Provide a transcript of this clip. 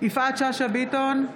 יפעת שאשא ביטון,